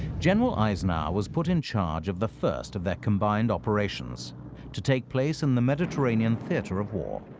general eisenhower was put in charge of the first of their combined operations to take place in the mediterranean theater of war.